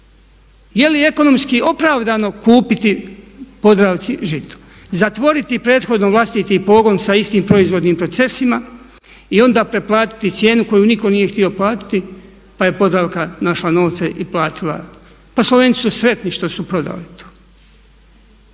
Je li ekonomski opravdano kupiti Podravci Žito? Zatvoriti prethodno vlastiti pogon sa istim proizvodnim procesima i onda preplatiti cijenu koju nitko nije htio platiti pa je Podravka našla novce i platila. Pa Slovenci su sretni što su prodali to.